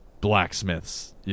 blacksmiths